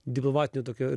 diplomatinio tokio